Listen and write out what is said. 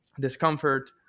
discomfort